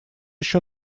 еще